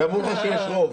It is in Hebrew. ואמרו פה שיש רוב.